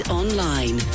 online